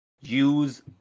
use